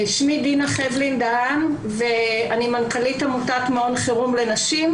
אני מנכ"לית עמותת מעון חירום לנשים,